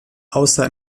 außer